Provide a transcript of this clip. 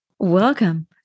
Welcome